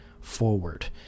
forward